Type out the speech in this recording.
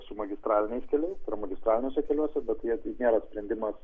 su magistraliniais keliais tai yra magistraliniuose keliuose bet jie nėra sprendimas